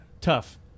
Tough